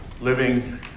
living